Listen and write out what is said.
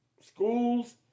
schools